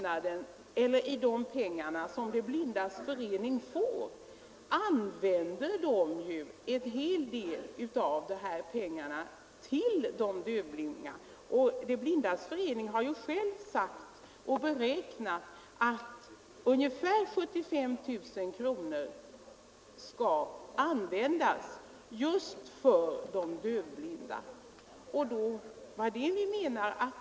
Av de pengar som De blindas förening får, används en hel del till de dövblinda. De blindas förening har ju själv beräknat att ungefär 75 000 kronor skall användas för de dövblinda under 1974.